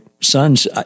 sons